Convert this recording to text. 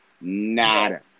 nada